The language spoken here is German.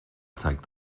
zeigt